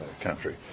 country